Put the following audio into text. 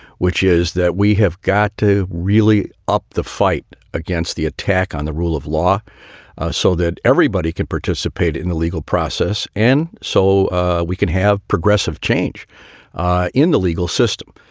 which is that we have got to really up the fight against the attack on the rule of law so that everybody can participate in the legal process. and so we can have progressive change in the legal system.